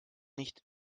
nicht